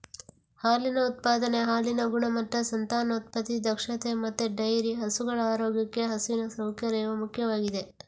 ಹಾಲಿನ ಉತ್ಪಾದನೆ, ಹಾಲಿನ ಗುಣಮಟ್ಟ, ಸಂತಾನೋತ್ಪತ್ತಿ ದಕ್ಷತೆ ಮತ್ತೆ ಡೈರಿ ಹಸುಗಳ ಆರೋಗ್ಯಕ್ಕೆ ಹಸುವಿನ ಸೌಕರ್ಯವು ಮುಖ್ಯವಾಗಿದೆ